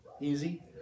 easy